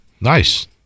nice